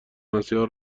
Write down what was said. مسیحا